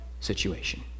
situation